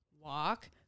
walk